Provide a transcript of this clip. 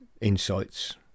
insights